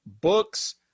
books